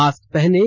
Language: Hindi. मास्क पहनें